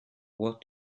what